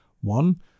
One